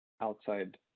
outside